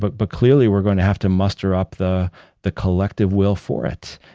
but but clearly, we're going to have to muster up the the collective will for it.